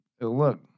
Look